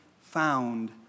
found